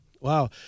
Wow